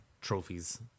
trophies